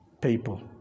people